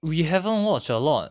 we haven't watch a lot